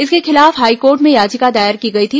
इसके खिलाफ हाईकोर्ट में याचिका दायर की गई थी